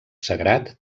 sagrat